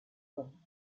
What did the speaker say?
from